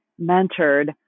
mentored